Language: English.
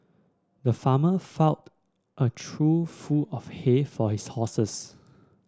the farmer a trough full of hay for his horses